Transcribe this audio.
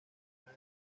tema